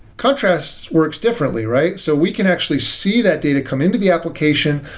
contrast works differently, right? so we can actually see that data come into the application.